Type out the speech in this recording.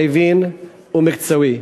מבין ומקצועי.